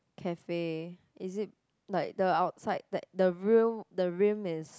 cafe is it like the outside like the rail the rim is